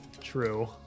true